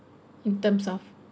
in terms of